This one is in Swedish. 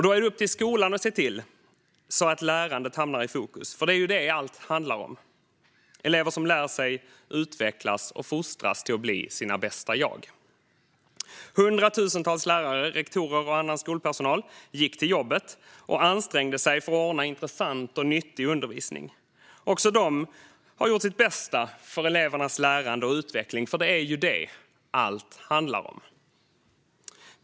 Då är det upp till skolan att se till att lärandet hamnar i fokus. För det är ju det allt handlar om: elever som lär sig, utvecklas och fostras till att bli sina bästa jag. Hundratusentals lärare, rektorer och annan skolpersonal gick i dag till jobbet och ansträngde sig för att ordna intressant och nyttig undervisning. Också de har gjort sitt bästa för elevernas lärande och utveckling. För det är ju det allt handlar om.